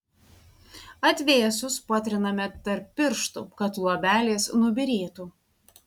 atvėsus patriname tarp pirštų kad luobelės nubyrėtų